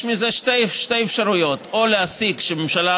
יש שתי אפשרויות: או להסיק שהממשלה